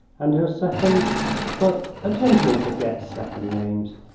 and her second but a gentleman forgets second names.